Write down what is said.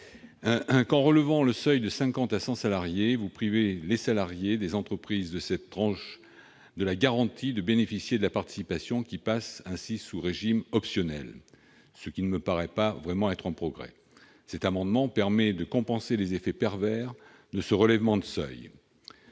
relevant le seuil de 50 à 100 salariés vous privez les salariés des entreprises de cette tranche de la garantie de bénéficier de la participation, qui passe ainsi sous régime optionnel. Cela ne me paraît pas vraiment être un progrès. Cet amendement tend à compenser les effets pervers de ce relèvement de seuil.